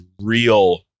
real